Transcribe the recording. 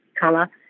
colour